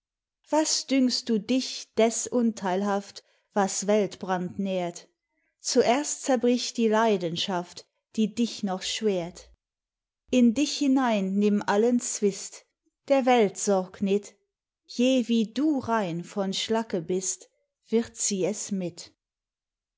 was dünkst du dich des unteilhaft was weltbrand nährt zuerst zerbrich die leidenschaft die dich noch schwärt in dich hinein nimm allen zwist der welt sorg nit je wie du rein von schlacke bist wird sie es mit